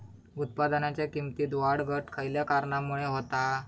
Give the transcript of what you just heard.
उत्पादनाच्या किमतीत वाढ घट खयल्या कारणामुळे होता?